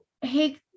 Hey